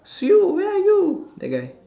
sew where are you that guy